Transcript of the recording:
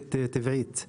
אינהרנטית טבעית.